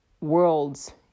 worlds